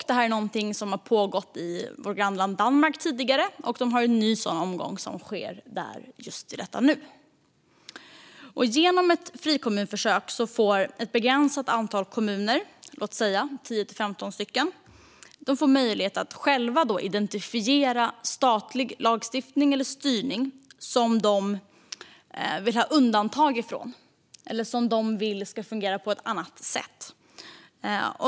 Det här är någonting som tidigare har pågått i vårt grannland Danmark, och en ny sådan omgång sker där just i detta nu. Genom ett frikommunförsök får ett begränsat antal kommuner - låt oss säga 10-15 stycken - möjlighet att själva identifiera statlig lagstiftning eller styrning som de vill ha undantag från eller som de vill ska fungera på ett annat sätt.